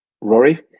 Rory